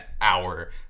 hour